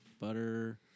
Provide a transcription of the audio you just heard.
butter